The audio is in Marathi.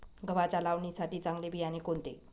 गव्हाच्या लावणीसाठी चांगले बियाणे कोणते?